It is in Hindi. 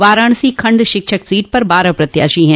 वाराणसी खंड शिक्षक सीट पर बारह प्रत्याशी है